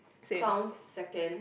clown's second